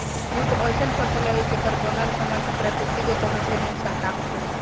jute अइसन फसल हवे, जेकर बनल सामान से प्रकृति के कवनो ढेर नुकसान ना होखेला